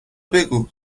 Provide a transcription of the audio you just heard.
بگو